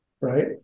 Right